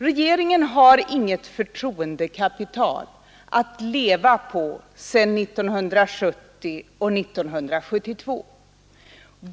Regeringen har inget förtroendekapital att leva på från 1970 och 1972.